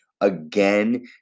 again